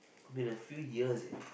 I've been a few years leh